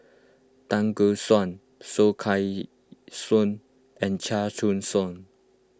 Tan Gek Suan Soh Kay Siang and Chia Choo Suan